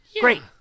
Great